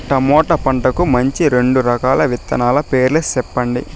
tomato పంటకు మంచి రెండు రకాల విత్తనాల పేర్లు సెప్పండి